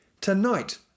Tonight